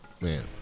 Man